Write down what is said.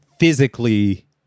physically